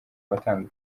atandukanye